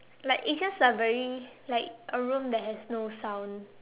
like it's just a very like a room that has no sound